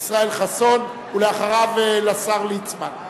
ישראל חסון, ולאחריו, השר ליצמן.